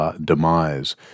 demise